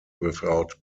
without